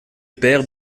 père